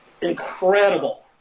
incredible